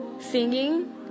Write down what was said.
singing